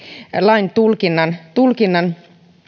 lain tulkinnan tulkinnan höllentäminen